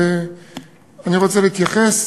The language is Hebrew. ואני רוצה להתייחס